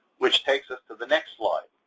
which takes us to the next slide.